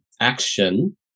action